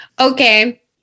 Okay